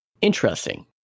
interesting